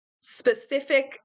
specific